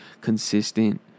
consistent